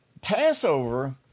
Passover